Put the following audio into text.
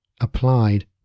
applied